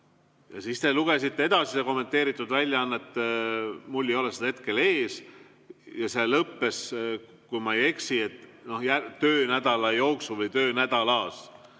Ja siis te lugesite edasi seda kommenteeritud väljaannet, mul ei ole seda hetkel ees, ja see lõppes, kui ma ei eksi, et töönädala jooksul või töönädalas.